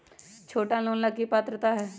छोटा लोन ला की पात्रता है?